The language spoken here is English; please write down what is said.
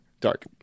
Dark